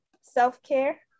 self-care